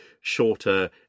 shorter